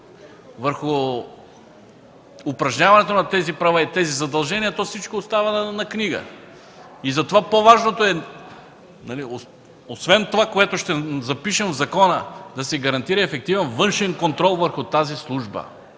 върху упражняването на тези права и задължения, всичко остава на книга. Затова по-важното е – освен това, което ще запишем в закона, да се гарантира ефективен външен контрол върху тази служба.